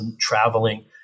traveling